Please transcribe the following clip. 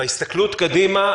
בהסתכלות קדימה,